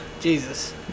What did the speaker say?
Jesus